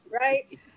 right